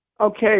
Okay